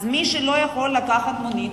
אז מי שלא יכול לקחת מונית,